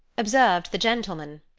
observed the gentleman.